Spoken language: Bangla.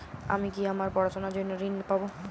আমি কি আমার পড়াশোনার জন্য ঋণ পাব?